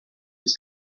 his